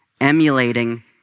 emulating